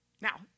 Now